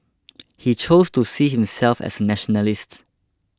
he chose to see himself as a nationalist